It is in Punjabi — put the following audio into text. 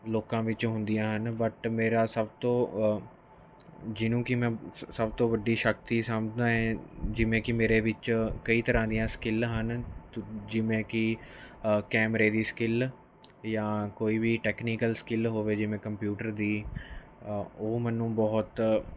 ਲੋਕਾਂ ਵਿੱਚ ਹੁੰਦੀਆਂ ਹਨ ਵਟ ਮੇਰਾ ਸਭ ਤੋਂ ਜਿਹਨੂੰ ਕਿ ਮੈਂ ਸ ਸਭ ਤੋਂ ਵੱਡੀ ਸ਼ਕਤੀ ਸਮਝਦਾ ਏਂ ਜਿਵੇਂ ਕਿ ਮੇਰੇ ਵਿੱਚ ਕਈ ਤਰ੍ਹਾਂ ਦੀਆਂ ਸਕਿੱਲ ਹਨ ਜਿਵੇਂ ਕਿ ਕੈਮਰੇ ਦੀ ਸਕਿੱਲ ਜਾਂ ਕੋਈ ਵੀ ਟੈਕਨੀਕਲ ਸਕਿੱਲ ਹੋਵੇ ਜਿਵੇਂ ਕੰਪਿਊਟਰ ਦੀ ਉਹ ਮੈਨੂੰ ਬਹੁਤ